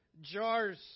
jars